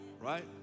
right